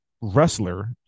wrestler